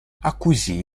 acquisì